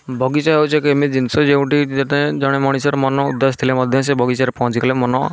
ବଗିଚା ହେଉଛି ଏକ ଏମିତି ଜିନିଷ ଯେଉଁଠି ଜଣେ ମଣିଷର ମନ ଉଦାସ ଥିଲେ ମଧ୍ୟ ସେ ବଗିଚାରେ ପହଞ୍ଚି ଗଲେ ମନ